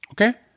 Okay